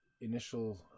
initial